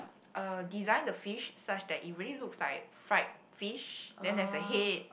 uh design the fish such that it really looks like fried fish then there's a head